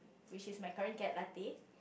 which is my current cat latte